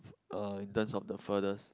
uh in terms of the furthest